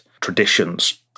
traditions